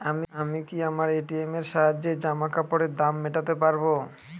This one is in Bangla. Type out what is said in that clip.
আমি কি আমার এ.টি.এম এর সাহায্যে জামাকাপরের দাম মেটাতে পারব?